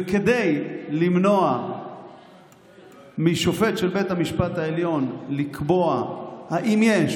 וכדי למנוע משופט של בית המשפט העליון לקבוע אם יש